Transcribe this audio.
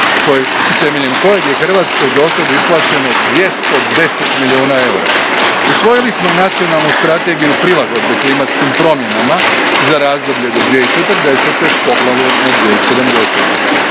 temeljem kojeg je Hrvatskoj dosad isplaćeno 210 milijuna eura. Usvojili smo i nacionalnu Strategiju prilagodbe klimatskim promjenama za razdoblje do 2040. s pogledom